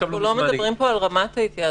אנחנו לא מדברים פה על רמת ההתייעצות.